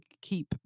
keep